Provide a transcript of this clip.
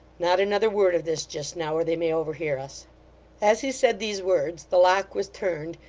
not another word of this just now, or they may overhear us as he said these words, the lock was turned,